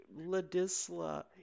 Ladisla